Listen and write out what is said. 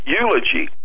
eulogy